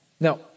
Now